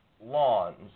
lawns